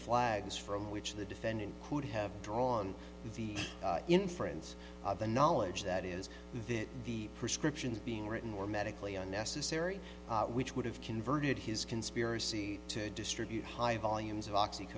flags from which the defendant could have drawn the inference of the knowledge that is that the prescriptions being written were medically unnecessary which would have converted his conspiracy to distribute high volumes of oxy